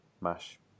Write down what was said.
mash